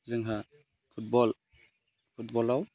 जोंहा फुटबलाव